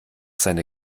seine